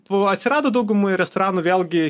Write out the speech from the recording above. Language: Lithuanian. buvo atsirado daugumoj restoranų vėlgi